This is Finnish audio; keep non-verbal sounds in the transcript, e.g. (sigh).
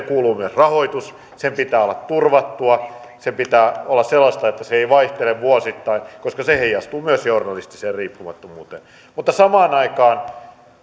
(unintelligible) kuuluu myös rahoitus sen pitää olla turvattua sen pitää olla sellaista että se ei vaihtele vuosittain koska se heijastuu myös journalistiseen riippumattomuuteen samaan aikaan (unintelligible)